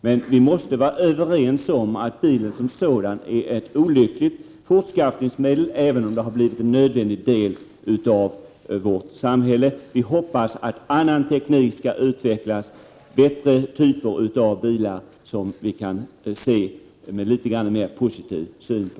Men vi måste vara överens om att bilen, sådan den nu är, inte är något bra fortskaffningsmedel, även om den blivit en nödvändig del av vårt samhälle. Vi hoppas att annan teknik skall utvecklas, bättre typer av bilar, som vi kan se litet mera positivt på.